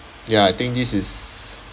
ya I think this is